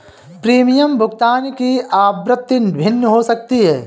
premium भुगतान की आवृत्ति भिन्न हो सकती है